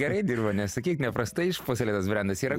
gerai dirba nesakyk neprastai išpuoselėtas brendas yra